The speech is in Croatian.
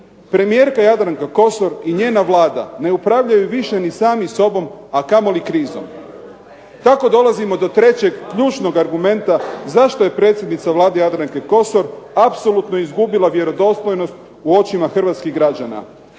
Premijerka Jadranka Kosor i njena Vlada ne upravljaju više ni sami sobom, a kamoli krizom. Tako dolazimo do trećeg, ključnog argumenta zašto je predsjednica Vlade Jadranka Kosor apsolutno izgubila vjerodostojnost u očima hrvatskih građana?